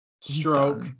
Stroke